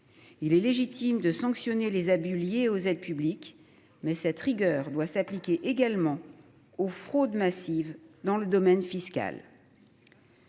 Il est légitime de sanctionner les abus liés aux aides publiques, mais cette rigueur doit s’appliquer également aux fraudes massives dans le domaine fiscal.